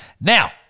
Now